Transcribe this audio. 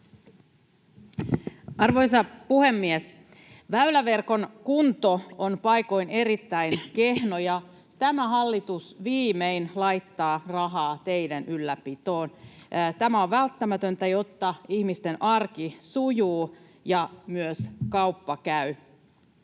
Arvoisa puhemies! Väyläverkon kunto on paikoin erittäin kehno, ja tämä hallitus viimein laittaa rahaa teiden ylläpitoon. Tämä on välttämätöntä, jotta ihmisten arki sujuu ja myös kauppa käy.